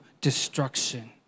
destruction